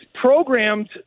programmed